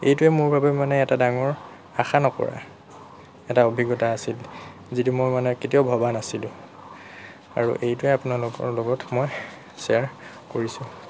এইটোৱেই মোৰ বাবে মানে এটা ডাঙৰ আশা নকৰা এটা অভিজ্ঞতা আছিল যিটো মই মানে কেতিয়াও ভবা নাছিলোঁ আৰু এইটোৱেই আপোনালোকৰ লগত মই শ্বেয়াৰ কৰিছোঁ